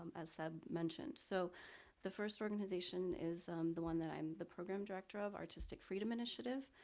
um as seb mentioned. so the first organization is the one that i'm the program director of, artistic freedom initiative.